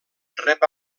rep